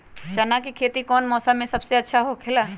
चाना के खेती कौन मौसम में सबसे अच्छा होखेला?